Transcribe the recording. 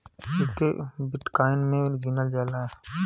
एके बिट्काइन मे गिनल जाला